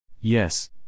Yes